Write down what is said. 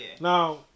Now